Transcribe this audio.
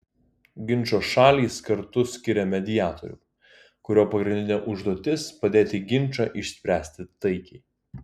ginčo šalys kartu skiria mediatorių kurio pagrindinė užduotis padėti ginčą išspręsti taikiai